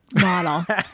Model